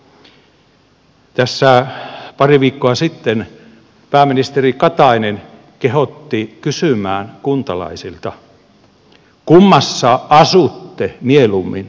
tässä pari viikkoa sitten pääministeri katainen kehotti kysymään kuntalaisilta kummassa asutte mieluummin